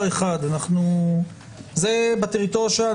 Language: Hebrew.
זה בטריטוריה שלנו,